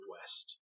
West